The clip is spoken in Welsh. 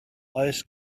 oes